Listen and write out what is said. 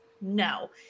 No